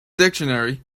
dictionary